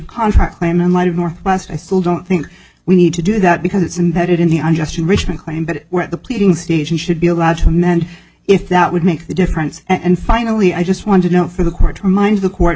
contract claim in light of more i still don't think we need to do that because it's in that it in the unjust enrichment claim but at the pleading stage and should be allowed to amend if that would make the difference and finally i just want to know for the court remind the court